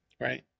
right